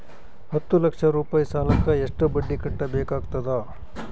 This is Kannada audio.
ಹತ್ತ ಲಕ್ಷ ರೂಪಾಯಿ ಸಾಲಕ್ಕ ಎಷ್ಟ ಬಡ್ಡಿ ಕಟ್ಟಬೇಕಾಗತದ?